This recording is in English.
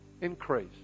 Increase